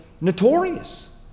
notorious